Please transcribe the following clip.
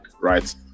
right